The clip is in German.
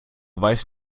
weiß